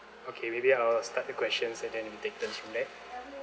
okay maybe I'll start the questions and then we take turns from there